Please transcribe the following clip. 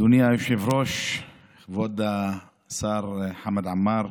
אדוני היושב-ראש, כבוד השר חמד עמאר,